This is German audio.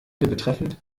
betreffend